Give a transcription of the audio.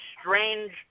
strange